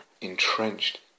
entrenched